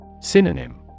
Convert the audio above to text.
Synonym